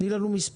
תני לנו מספר.